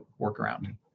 workaround